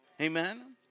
amen